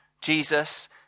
Jesus